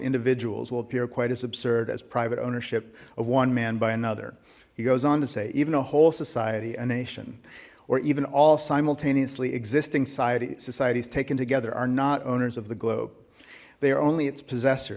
individuals will appear quite as absurd as private ownership of one man by another he goes on to say even a whole society a nation or even all simultaneously existing societies societies taken together are not owners of the globe they are only its possessor